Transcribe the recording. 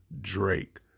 Drake